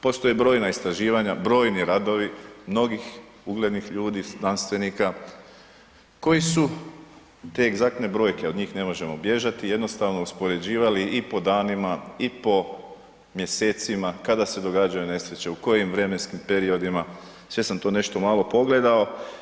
Postoje brojna istraživanja, brojni radovi mnogih uglednih ljudi, znanstvenika koji su te egzaktne brojke, od njih ne možemo bježati jednostavno uspoređivali i po danima i po mjesecima kada se događaju nesreće, u kojim vremenskim periodima, sve sam to nešto malo pogledao.